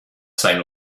same